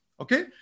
Okay